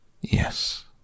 Yes